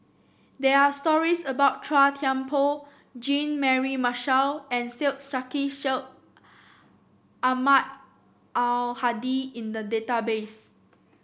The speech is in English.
there are stories about Chua Thian Poh Jean Mary Marshall and Syed Sheikh Syed Ahmad Al Hadi in the database